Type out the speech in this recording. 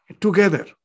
Together